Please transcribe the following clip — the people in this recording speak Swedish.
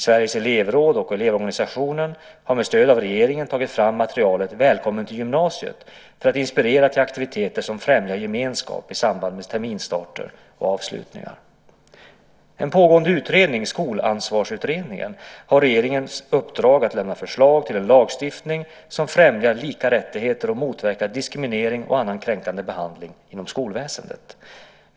Sveriges elevråd och Elevorganisationen har med stöd av regeringen tagit fram materialet Välkommen till gymnasiet för att inspirera till aktiviteter som främjar gemenskap i samband med terminsstart och avslutningar. En pågående utredning, Skolansvarsutredningen , har regeringens uppdrag att lämna förslag till en lagstiftning som främjar lika rättigheter och motverkar diskriminering och annan kränkande behandling inom skolväsendet.